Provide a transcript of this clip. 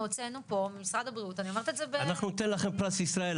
אנחנו הוצאנו פה ממשרד הבריאות --- אנחנו ניתן לכם פרס ישראל.